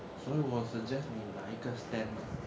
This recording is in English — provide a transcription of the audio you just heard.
所以我 suggest 你拿一个 stand mah